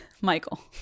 Michael